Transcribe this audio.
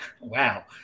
wow